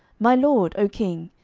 my lord, o king,